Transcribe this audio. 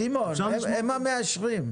סימון, הם המאשרים.